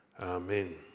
Amen